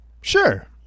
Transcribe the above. Sure